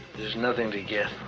there's nothing to get